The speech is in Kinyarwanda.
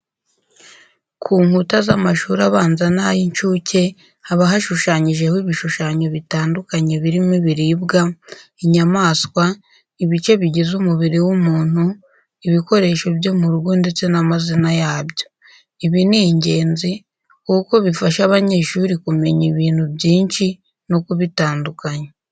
Ku nkuta z'amashuri abanza n'ay'incuke haba hashushanyijeho ibishyushanyo bitandukanye birimo ibiribwa, inyamaswa, ibice bigize umubiri w'umuntu, ibikoresho byo mu rugo ndetse n'amazina yabyo. Ibi ni ingenzi kuko bifasha aba banyeshuri kumenya ibintu byinshi no kubitandukanya.